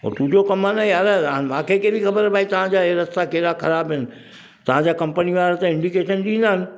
उहो तुंहिंजो कमु आहे न यार हाणे मांखे कहिड़ी ख़बर भई तव्हांजा इहे रस्ता कहिड़ा ख़राबु आहिनि तव्हांजा कंपनी वारा त इंडीकेशन ॾींदा आहिनि